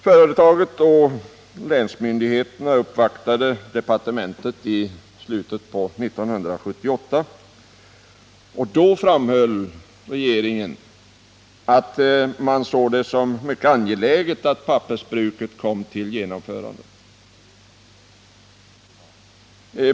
Företaget och länsmyndigheterna uppvaktade departementet i slutet av 1978, och då framhöll regeringen att den ansåg det mycket angeläget att pappersbruket byggdes ut.